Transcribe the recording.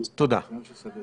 כשבסופו ניתן